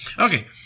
Okay